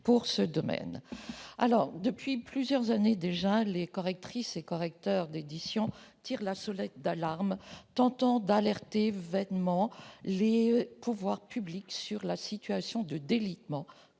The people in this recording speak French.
que je vais évoquer. Depuis plusieurs années déjà, les correctrices et correcteurs d'édition tirent la sonnette d'alarme, tentant en vain d'alerter les pouvoirs publics sur la situation de délitement